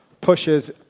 pushes